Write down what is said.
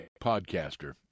podcaster